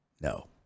No